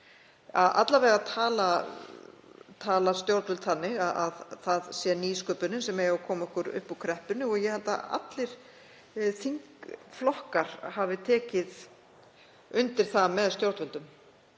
Alla vega tala stjórnvöld þannig að það sé nýsköpunin sem eigi að koma okkur upp úr kreppunni og ég held að allir þingflokkar hafi tekið undir það með stjórnvöldum.